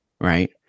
right